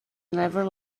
never